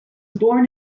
born